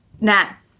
nat